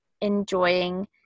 enjoying